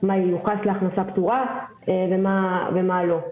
מה ייוחס להכנסה פטורה ומה לא.